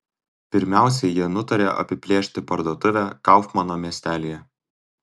pirmiausia jie nutarė apiplėšti parduotuvę kaufmano miestelyje